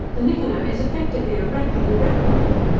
the niccola is effectively a wreck and unrepairable.